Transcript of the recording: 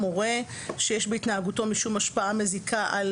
מורה "שיש בהתנהגותו משום השפעה מזיקה על